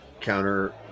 counter